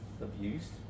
Abused